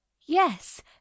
Yes